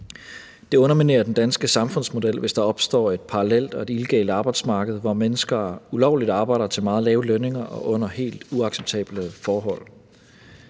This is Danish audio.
Det underminerer den danske samfundsmodel, hvis der opstår et parallelt og illegalt arbejdsmarked, hvor mennesker ulovligt arbejder til meget lave lønninger og under helt uacceptable forhold.